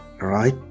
right